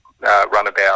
runabout